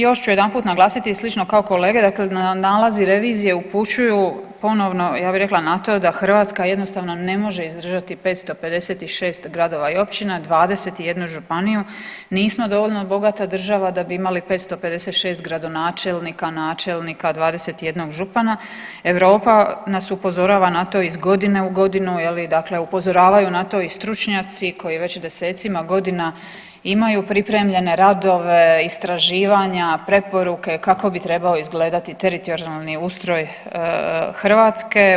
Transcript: Još ću jedanput naglasiti slično kao kolege, dakle nalazi revizije upućuju ponovno ja bi rekla na to da Hrvatska jednostavno ne može izdržati 556 gradova i općina, 21 županiju, nismo dovoljno bogata država da bi imali 556 gradonačelnika, načelnika, 21 župana, Europa nas upozorava na to iz godine u godinu je li dakle upozoravaju na to i stručnjaci i koji već desecima godina imaju pripremljene radove, istraživanja preporuke kako bi trebao izgledati teritorijalni ustroj Hrvatske.